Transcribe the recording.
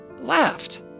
laughed